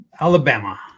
Alabama